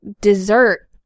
dessert